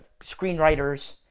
screenwriters